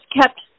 kept